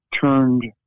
turned